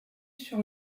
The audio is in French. sur